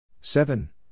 seven